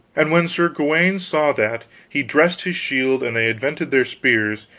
and when sir gawaine saw that, he dressed his shield, and they aventred their spears,